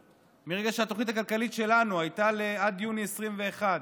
התוכנית הכלכלית שלנו הייתה עד יוני 2021: